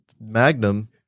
magnum